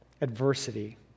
adversity